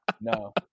no